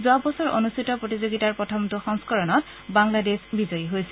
যোৱাবছৰ অনুষ্ঠিত প্ৰতিযোগিতাৰ প্ৰথমটো সংস্কৰণত বাংলাদেশ বিজয়ী হৈছিল